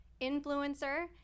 influencer